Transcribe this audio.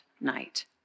night